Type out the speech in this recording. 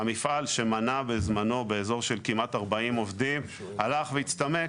המפעל שמנה בזמנו כמעט 40 עובדים הלך והצטמק,